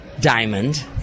Diamond